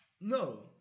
No